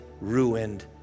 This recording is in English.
ruined